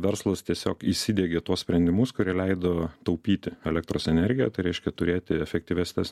verslas tiesiog įsidegė tuos sprendimus kurie leido taupyti elektros energiją tai reiškia turėti efektyvesnes